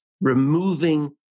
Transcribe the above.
removing